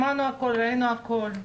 שמענו הכול, ראינו הכול.